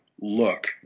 look